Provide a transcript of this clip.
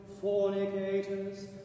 fornicators